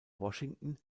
washington